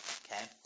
Okay